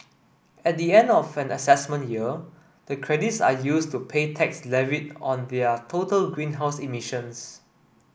at the end of an assessment year the credits are used to pay tax levied on their total greenhouse emissions